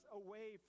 away